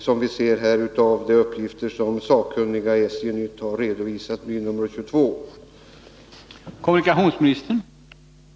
Det framgår ju av de uppgifter som den sakkunniga tidningen SJ-nytt har redovisat i nr 22 år 1980.